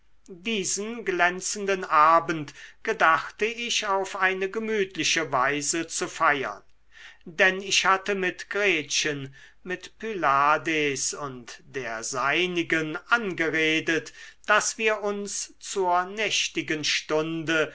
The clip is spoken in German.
diesen glänzenden abend gedachte ich auf eine gemütliche weise zu feiern denn ich hatte mit gretchen mit pylades und der seinigen angeredet daß wir uns zur nächtigen stunde